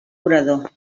orador